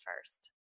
first